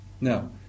Now